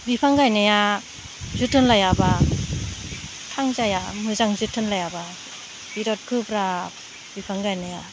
बिफां गायनाया जोथोन लायाब्ला थांजाया मोजां जोथोन लायाब्ला बिराद गोब्राब बिफां गायनाया